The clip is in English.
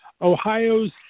Ohio's